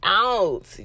out